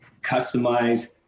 customize